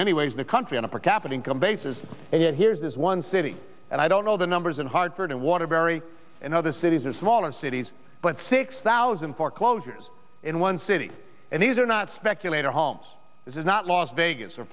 many ways in the country on a per capita income basis it here is one city and i don't know the numbers in hartford and waterbury in other cities or smaller cities but six thousand foreclosures in one city and these are not speculator homes this is not lost vegas or